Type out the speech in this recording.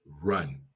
Run